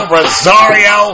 Rosario